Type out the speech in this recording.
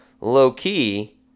low-key